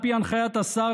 על פי הנחיית השר,